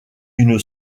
une